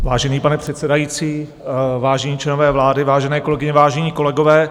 Vážený pane předsedající, vážení členové vlády, vážené kolegyně, vážení kolegové.